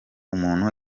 umuntu